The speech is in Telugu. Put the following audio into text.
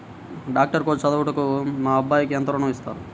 డాక్టర్ కోర్స్ చదువుటకు మా అబ్బాయికి ఎంత ఋణం ఇస్తారు?